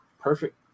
perfect